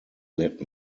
let